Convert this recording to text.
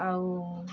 ଆଉ